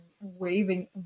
waving